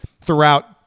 throughout